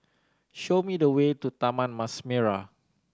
show me the way to Taman Mas Merah